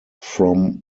from